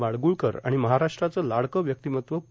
माडगूळकर आर्मण महाराष्ट्राचं लाडकं व्यक्तीमत्व पु